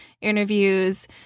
interviews